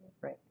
Right